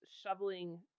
shoveling